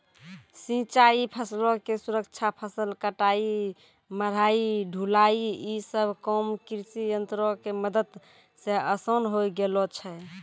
सिंचाई, फसलो के सुरक्षा, फसल कटाई, मढ़ाई, ढुलाई इ सभ काम कृषियंत्रो के मदत से असान होय गेलो छै